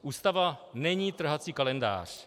Ústava není trhací kalendář.